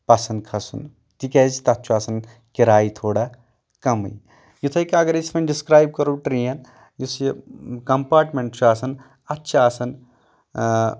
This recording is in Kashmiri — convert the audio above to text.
پسنٛد کھسُن تِکیازِ تَتھ چھُ آسان کِرایہِ تھوڑا کَمٕے یِتھٕے کٔنۍ اَگر أسۍ ڈسکرایب کرَو ٹرین یُس یہِ کمپارٹمنٹ چھُ آسان اَتھ چھِ آسان